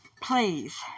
please